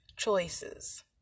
choices